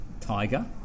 Tiger